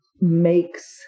makes